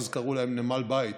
אז קראו להם "נמל בית",